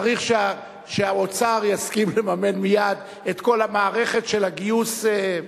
צריך שהאוצר יסכים לממן מייד את כל המערכת של הגיוס.